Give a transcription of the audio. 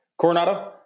Coronado